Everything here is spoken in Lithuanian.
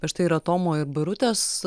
štai yra tomo ir birutės